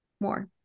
More